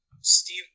Steve